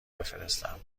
بفرستم